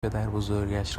پدربزرگش